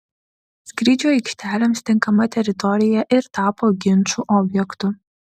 skrydžių aikštelėms tinkama teritorija ir tapo ginčų objektu